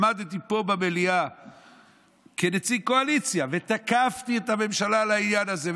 עמדתי פה במליאה כנציג הקואליציה ותקפתי את הממשלה על העניין הזה,